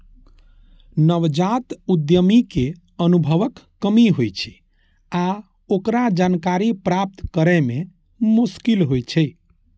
नवजात उद्यमी कें अनुभवक कमी होइ छै आ ओकरा जानकारी प्राप्त करै मे मोश्किल होइ छै